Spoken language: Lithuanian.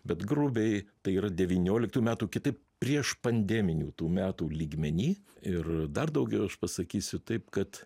bet grubiai tai yra devynioliktų metų kitaip prieš pandeminių tų metų lygmeny ir dar daugiau aš pasakysiu taip kad